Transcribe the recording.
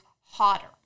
hotter